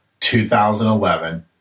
2011